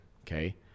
okay